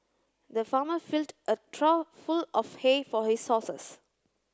the farmer filled a trough full of hay for his horses